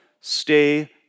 stay